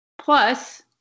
plus